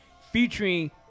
featuring